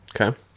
Okay